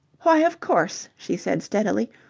why, of course, she said, steadily.